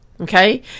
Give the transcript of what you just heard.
okay